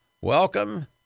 Welcome